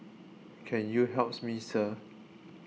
can you helps me Sir